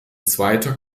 zweiter